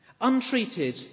Untreated